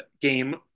game